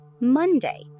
Monday